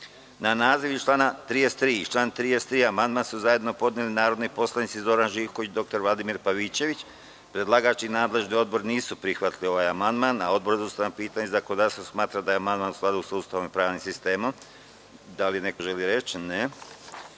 naziv iz člana 33. i član 33. amandman su zajedno podneli narodni poslanici Zoran Živković i dr Vladimir Pavićević. Predlagač i nadležni odbor nisu prihvatili ovaj amandman. Odbor za ustavna pitanja i zakonodavstvo smatra da je amandman u skladu sa Ustavom i pravnim sistemom. Da li želi reč